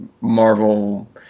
Marvel